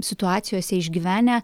situacijose išgyvenę